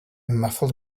muffled